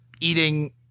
eating